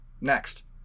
next